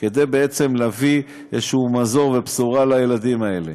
כדי בעצם להביא איזשהו מזור ובשורה לילדים האלה,